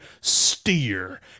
steer